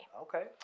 Okay